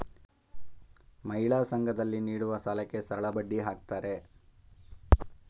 ಮಹಿಳಾ ಸಂಘ ದಲ್ಲಿ ನೀಡುವ ಸಾಲಕ್ಕೆ ಸರಳಬಡ್ಡಿ ಹಾಕ್ತಾರೆ